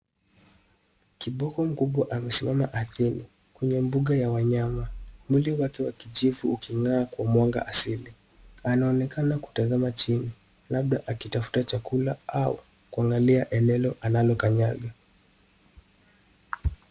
kiboko mkubwa amesimama ardhini. Kwenye mbuga ya wanyama wiki wake wa kijivu ,ukingaa kwa mwanga asili. anaonekana kutazama chini labda akitafuta chakula au kuangalia enelo analo kanyaga .